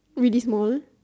really small